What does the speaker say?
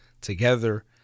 together